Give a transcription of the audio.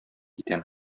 итәм